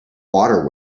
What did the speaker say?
water